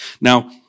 Now